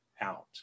out